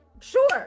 sure